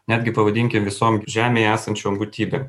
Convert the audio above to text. netgi pavadinkim visom žemėje esančiom būtybėm